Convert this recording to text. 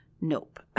Nope